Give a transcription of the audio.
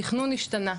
התכנון השתנה,